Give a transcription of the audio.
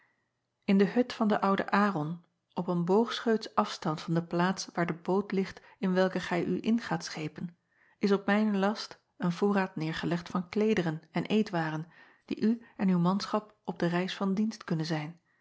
n de hut van den ouden aron op een boogscheuts afstand van de plaats waar de boot ligt in welke gij u in gaat schepen is op mijn last een voorraad neêrgelegd van kleederen en eetwaren die u en uw manschap op de reis van dienst kunnen zijn